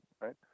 right